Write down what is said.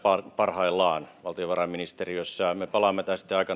parhaillaan valtiovarainministeriössä me palaamme tähän sitten aikanaan kun selvitys